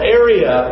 area